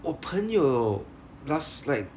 我朋友 last like